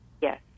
Yes